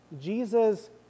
Jesus